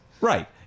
Right